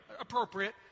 appropriate